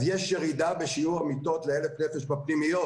אז יש ירידה בשיעור המיטות לאלף נפש בפנימיות